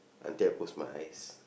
until I close my eyes